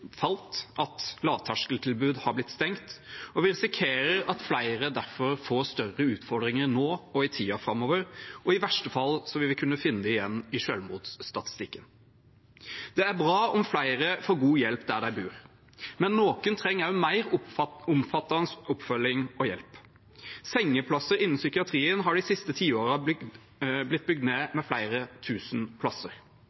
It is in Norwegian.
falt, at lavterskeltilbud har blitt stengt, og vi risikerer at flere derfor får større utfordringer nå og i tiden framover, og i verste fall vil vi kunne finne dem igjen i selvmordsstatistikken. Det er bra om flere får god hjelp der de bor, men noen trenger også mer omfattende oppfølging og hjelp. Sengeplasser innen psykiatrien har de siste tiårene blitt bygd ned